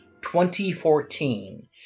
2014